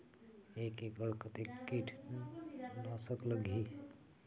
एक एकड़ कतेक किट नाशक लगही?